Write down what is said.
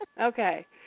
okay